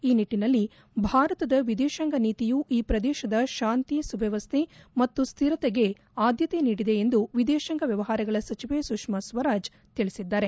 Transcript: ಈ ನಿಟ್ಟಿನಲ್ಲಿ ಭಾರತದ ವಿದೇಶಾಂಗ ನೀತಿಯೂ ಈ ಪ್ರದೇಶದ ಶಾಂತಿ ಸುವ್ಯವಸ್ಥೆ ಮತ್ತು ಸುಸ್ದಿರತೆ ಆದ್ಯತೆ ನೀಡಿದೆ ಎಂದು ವಿದೇಶಾಂಗ ವ್ಯವಹಾರಗಳ ಸಚಿವೆ ಸುಷ್ಮಾ ಸ್ವರಾಜ್ ತಿಳಿಸಿದ್ದಾರೆ